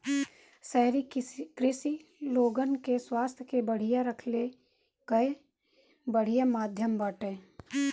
शहरी कृषि लोगन के स्वास्थ्य के बढ़िया रखले कअ बढ़िया माध्यम बाटे